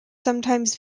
sometimes